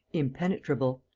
impenetrable.